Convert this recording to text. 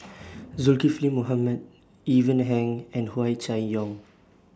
Zulkifli Mohamed Ivan Heng and Hua Chai Yong